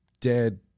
dead